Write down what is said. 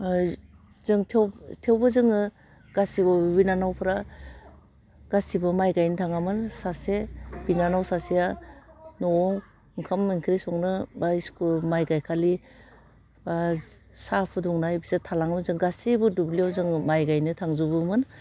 ओह जों थेव थेवबो जोङो गासिबोआवबो बिब' बिनानावफ्रा गासिबो माइ गायनो थाङामोन सासे बिनानाव सासेआ नआव ओंखाम ओंख्रि संनो बा स्कुल माइ गाइखालि बा साहा फुदुंनाय बिसोर थालाङो जों गासैबो दुब्लियाव जोङो माइ गायनो थांजोबोमोन